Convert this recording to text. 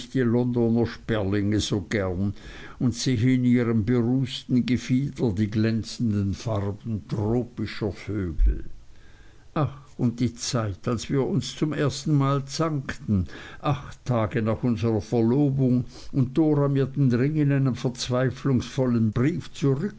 sperlinge so gern und sehe in ihrem berußten gefieder die glänzenden farben tropischer vögel ach und die zeit als wir uns das erste mal zankten acht tage nach unserer verlobung und dora mir den ring in einem verzweiflungsvollen brief